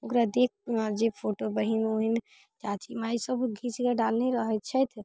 ओकरा देख जे फोटो बहिन वहिन चाची माय सब घीचके डालने रहै छथि